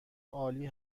عالی